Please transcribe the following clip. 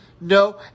No